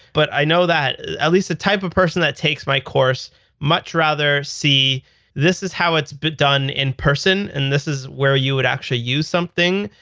but i know that at least the type of person that takes my course much rather see this as how it's but done in person and this is where you would actually use something,